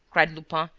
cried lupin,